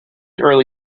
early